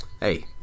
hey